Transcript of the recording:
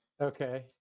Okay